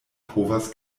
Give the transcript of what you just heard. povas